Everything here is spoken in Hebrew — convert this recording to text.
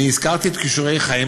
אני הזכרתי את כישורי חיים,